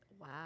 Wow